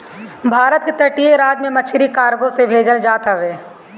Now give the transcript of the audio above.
भारत के तटीय राज से मछरी कार्गो से भेजल जात हवे